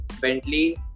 Bentley